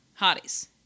Hotties